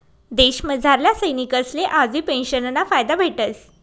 देशमझारल्या सैनिकसले आजबी पेंशनना फायदा भेटस